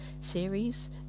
series